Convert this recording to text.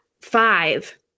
five